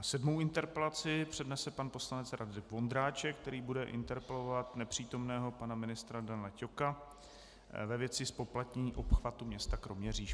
Sedmou interpelaci přednese pan poslanec Radek Vondráček, který bude interpelovat nepřítomného pana ministra Dana Ťoka ve věci zpoplatnění obchvatu města Kroměříž.